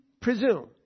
presume